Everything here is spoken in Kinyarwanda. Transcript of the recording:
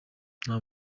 nta